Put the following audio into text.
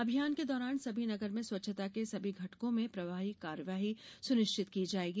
अभियान के दौरान सभी नगर में स्वच्छता के सभी घटकों में प्रभावी कार्यवाही सुनिश्चित की जायेगी